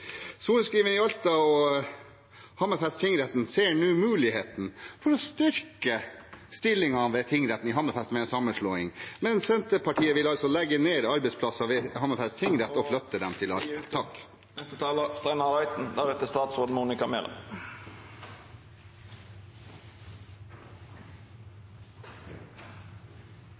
i Alta og Hammerfest tingrett ser nå muligheten for å styrke stillingen ved tingretten i Hammerfest med en sammenslåing, men Senterpartiet vil altså legge ned arbeidsplasser ved Hammerfest tingrett og flytte dem til